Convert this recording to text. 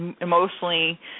emotionally